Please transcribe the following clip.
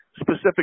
specific